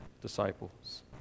disciples